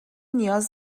نیاز